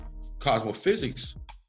cosmophysics